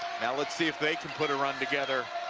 let's see if they can put a run together